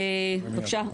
בבקשה.